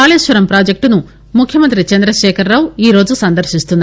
కాళేశ్వరం పాజెక్టును ముఖ్యమంతి చందశేఖర్రావు ఈ రోజు సందర్భిస్తున్నారు